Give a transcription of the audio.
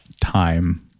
time